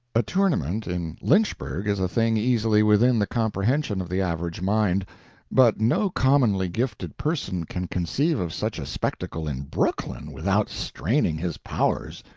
a tournament in lynchburg is a thing easily within the comprehension of the average mind but no commonly gifted person can conceive of such a spectacle in brooklyn without straining his powers.